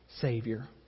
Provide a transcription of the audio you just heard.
Savior